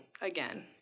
Again